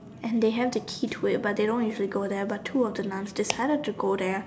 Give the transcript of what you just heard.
and they have the key to it but they don't usually go there but two of the nuns decided to go there